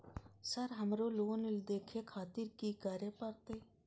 Sir हमरो loan देखें खातिर की करें परतें?